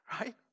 right